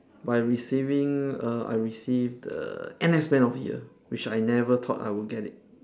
by receiving err I receive the N_S man of the year which I never thought I would get it